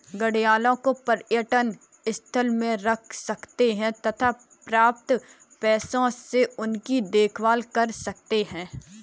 घड़ियालों को पर्यटन स्थल में रख सकते हैं तथा प्राप्त पैसों से उनकी देखभाल कर सकते है